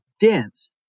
dense